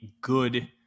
good